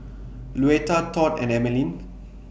Luetta Tod and Emmaline